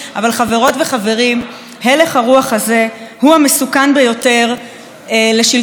הלך הרוח הזה הוא המסוכן ביותר לשלטון החוק ולדמוקרטיה הישראלית,